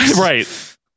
Right